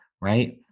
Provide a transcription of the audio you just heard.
right